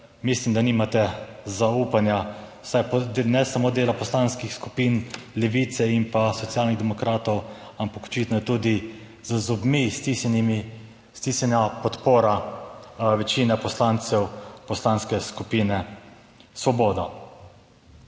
mislim, da nimate zaupanja, vsaj, ne samo delo poslanskih skupin Levice in pa Socialnih demokratov, ampak očitno je tudi z zobmi, s stisnjenimi, stisnjena podpora večine poslancev Poslanske skupine Svoboda.